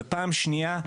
ופעם שנייה,